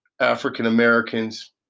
African-Americans